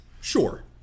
Sure